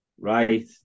Right